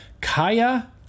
kaya